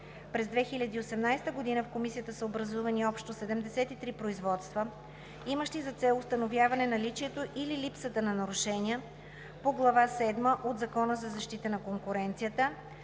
През 2018 г. в Комисията са образувани общо 73 производства, имащи за цел установяване наличието или липсата на нарушения по Глава седма от Закона за защита на конкуренцията